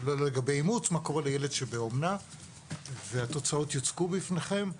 לא לגבי אימוץ והתוצאות יוצגו בפניכם.